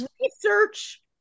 research